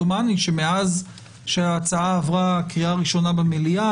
דומני שמאז שההצעה עברה קריאה ראשונה במליאה.